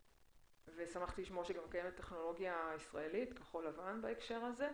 שמחתי לשמוע שגם קיימת טכנולוגיה ישראלית כחול-לבן בהקשר הזה.